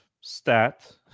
stat